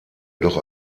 doch